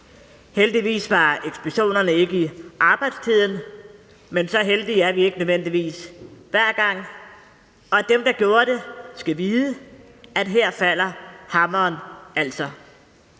Heldigvis var eksplosionerne ikke i arbejdstiden, men så heldige er vi ikke nødvendigvis hver gang, og dem, der gjorde det, skal vide, at her falder hammeren altså.